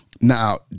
Now